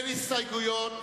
אין הסתייגויות.